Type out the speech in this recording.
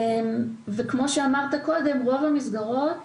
כמו שאמרת קודם, רוב המסגרות